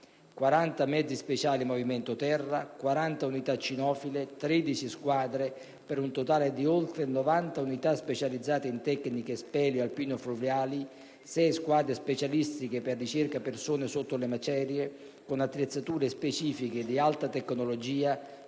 40 mezzi speciali movimento terra, 40 unità cinofile, 13 squadre, per un totale di oltre 90 unità specializzate in tecniche speleo-alpino-fluviali, 6 squadre specialistiche per la ricerca delle persone sotto le macerie con attrezzature specifiche di alta tecnologia,